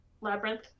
Labyrinth